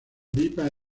pipa